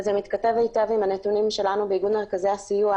זה מתכתב היטב עם הנתונים שלנו בארגון מרכזי הסיוע